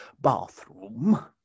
bathroom